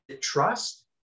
trust